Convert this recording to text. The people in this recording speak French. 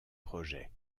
projets